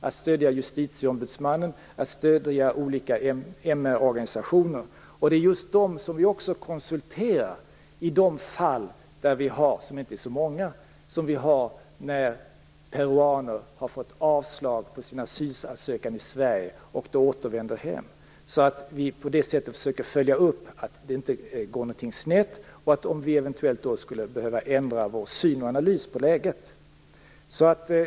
Det stöder justitieombudsmannen och olika MR organisationer. Det är just dem som vi också konsulterar i de fall, som inte är så många, när peruaner har fått avslag på sina asylansökningar i Sverige och återvänder hem. På det sättet försöker vi följa upp att ingenting går snett och om vi eventuellt skulle behöva ändra vår syn på och analys av läget.